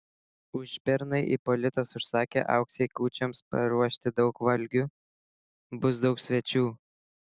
užpernai ipolitas užsakė auksei kūčioms paruošti daug valgių bus daug svečių